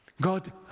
God